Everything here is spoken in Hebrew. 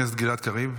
חבר הכנסת גלעד קריב,